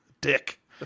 dick